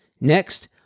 Next